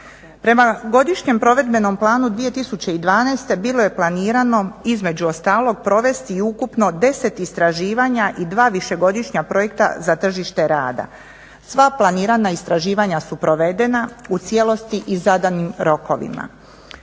Prema godišnjem provedbenom planu 2012.bilo je planirano između ostalog i provesti ukupno deset istraživanja i 2 višegodišnja projekta za tržište rada. Sva planirana istraživanja su provedena u cijelosti i zadanim rokovima.